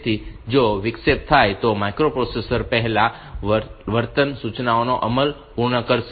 તેથી જો વિક્ષેપ થાય તો માઇક્રોપ્રોસેસર પહેલા વર્તમાન સૂચનાનો અમલ પૂર્ણ કરશે